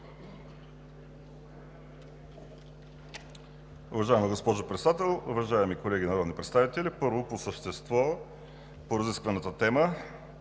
Уважаема госпожо Председател, уважаеми колеги народни представители! Първо, по същество по разискваната тема.